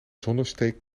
zonnesteek